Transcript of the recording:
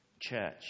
church